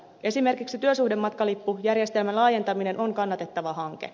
esimerkiksi työsuhdematkalippujärjestelmän laajentaminen on kannatettava hanke